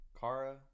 Kara